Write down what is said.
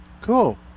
Cool